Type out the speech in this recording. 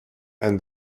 and